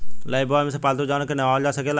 Lifebuoy से पाल्तू जानवर के नेहावल जा सकेला